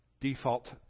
default